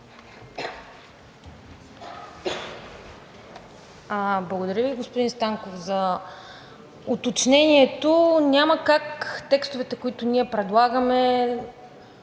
Благодаря Ви, господин Станков, за уточнението. Няма как текстовете, които ние предлагаме,